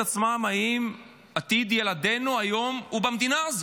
עצמם: האם עתיד ילדינו היום הוא במדינה הזאת?